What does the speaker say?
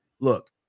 look